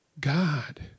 God